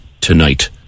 tonight